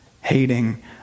Hating